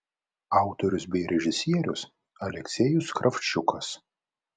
autorius bei režisierius aleksejus kravčiukas